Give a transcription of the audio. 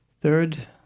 Third